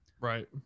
Right